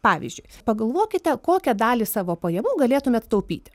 pavyzdžiui pagalvokite kokią dalį savo pajamų galėtumėt taupyti